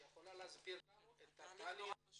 את יכולה להסביר לנו את התהליך?